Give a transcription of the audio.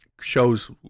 shows